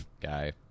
guy